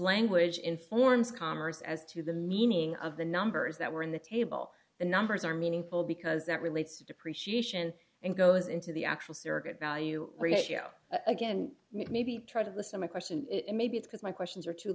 language informs commerce as to the meaning of the numbers that were in the table the numbers are meaningful because that relates to depreciation and goes into the actual surrogate value ratio again maybe try to listen my question is maybe it's because my questions are too